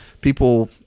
people